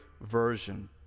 version